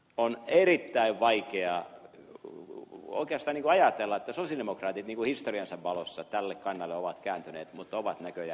on erittäin vaikeaa oikeastaan ajatella että sosialidemokraatit historiansa valossa tälle kannalle ovat kääntyneet mutta ovat näköjään